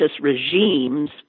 regimes